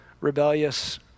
rebellious